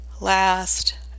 last